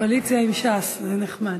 קואליציה עם ש"ס, זה נחמד.